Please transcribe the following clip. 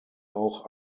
auch